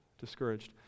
discouraged